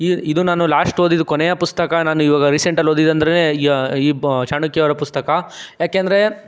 ಈಗ ಇದು ನಾನು ಲಾಶ್ಟ್ ಓದಿದ್ದು ಕೊನೆಯ ಪುಸ್ತಕ ನಾನು ಇವಾಗ ರೀಸೆಂಟಲ್ಲಿ ಓದಿದ್ದಂದರೆ ಯಾ ಈ ಬ ಚಾಣಕ್ಯ ಅವರ ಪುಸ್ತಕ ಯಾಕೆಂದರೆ